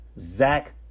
Zach